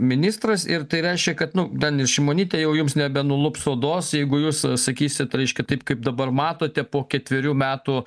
ministras ir tai reiškia kad nu ten ir šimonytė jau jums nebenulups odos jeigu jūs sakysit reiškia taip kaip dabar matote po ketverių metų